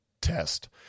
test